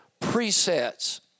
presets